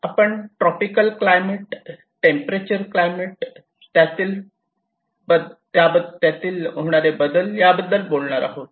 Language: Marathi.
आपण ट्रॉपिकल क्लायमेट टेंपरेचर क्लायमेट त्यातील बद्दल बोलणार आहोत